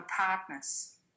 partners